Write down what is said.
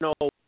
no